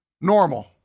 normal